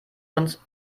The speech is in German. uns